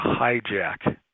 hijack